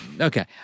Okay